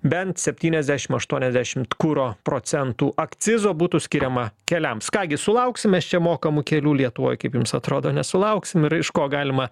bent septyniasdešim aštuoniasdešimt kuro procentų akcizo būtų skiriama keliams ką gi sulauksim mes čia mokamų kelių lietuvoj kaip jums atrodo nesulauksim ir iš ko galima